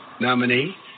nominee